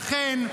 לכן,